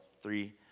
Three